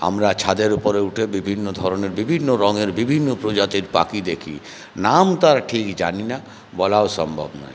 আমরা ছাদের উপরে উঠে বিভিন্ন ধরনের বিভিন্ন রঙের বিভিন্ন প্রজাতির পাখি দেখি নাম তার ঠিক জানি না বলাও সম্ভব নয়